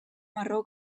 marró